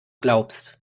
glaubst